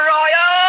Royal